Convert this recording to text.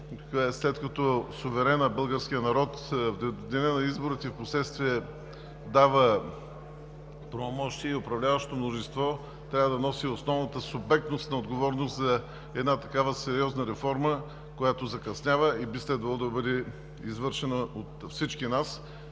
че след като суверенът – българският народ, в деня на изборите и впоследствие дава правомощия, управляващото мнозинство трябва да носи основната субектност на отговорност за една такава сериозна реформа, която закъснява и би следвало да бъде извършена от всички нас.